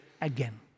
again